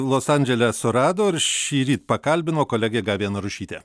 los andžele surado ir šįryt pakalbino kolegė gabija narušytė